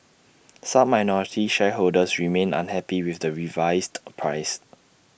some minority shareholders remain unhappy with the revised price